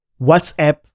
WhatsApp